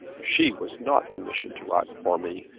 she was not commissioned to act for me,